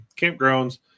campgrounds